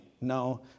No